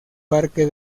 parque